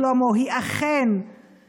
שביום אחד קמו לשגרה חדשה,